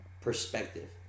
perspective